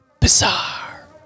Bizarre